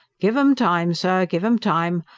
give em time, sir, give em time.